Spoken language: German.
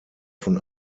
von